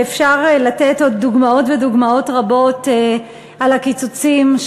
שאפשר לתת עוד דוגמאות מדוגמאות רבות על הקיצוצים,